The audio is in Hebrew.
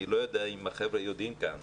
אני לא יודע אם החבר'ה יודעים כאן.